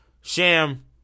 Sham